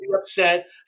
upset